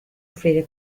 offrire